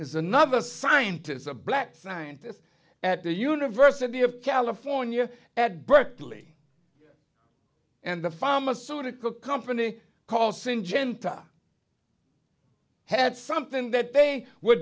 there's another scientists a black scientist at the university of california at berkeley and the pharmaceutical company called syngenta had something that they were